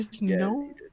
No